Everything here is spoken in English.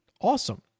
Awesome